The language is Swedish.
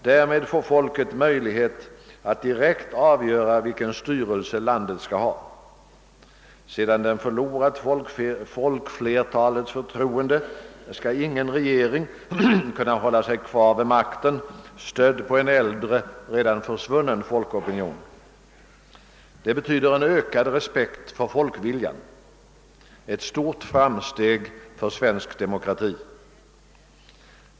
Därmed får folket möjlighet att direkt avgöra vilken styrelse landet skall ha. Sedan den förlorat folkflertalets förtroende skall ingen regering kunna hålla sig kvar vid makten, stödd på en äldre och svunnen folkopinion. Det betyder en ökad respekt för folkviljan, ett stort framsteg för svensk demokrati.